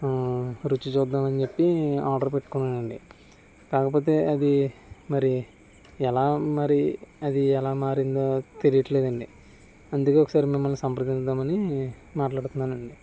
ఆ రుచి చూద్దాం అని చెప్పి ఆర్డర్ పెట్టుకున్నానండీ కాకపోతే అది మరి ఎలా మరి అది ఎలా మారిందో తెలియటం లేదండి అందుకే ఒకసారి మిమ్మల్ని సంప్రదించు దామని మాట్లాడుతున్నానండి